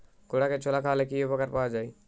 ঘোড়াকে ছোলা খাওয়ালে কি উপকার পাওয়া যায়?